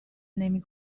نمی